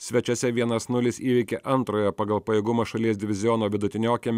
svečiuose vienas nulis įveikė antrojo pagal pajėgumą šalies diviziono vidutiniokę